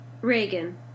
Reagan